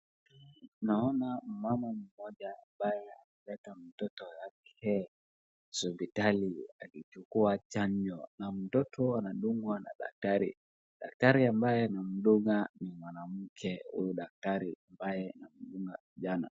Naona mama mmoja amabaye ameleta mtoto yake hospitali akichukua chanjo na mtoto anadungwa na daktari. Daktari anabaye anamdunga ni mwanamke huyu daktari amabaye anamdunga jana.